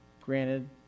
granted